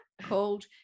called